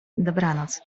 dobranoc